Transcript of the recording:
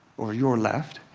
or your left,